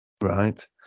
right